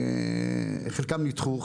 חלקן נדחו,